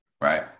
right